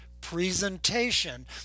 presentation